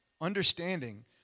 understanding